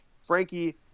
Frankie